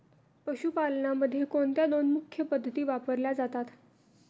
पशुपालनामध्ये कोणत्या दोन मुख्य पद्धती वापरल्या जातात?